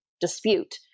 dispute